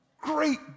Great